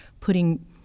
putting